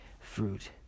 fruit